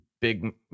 big